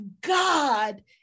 god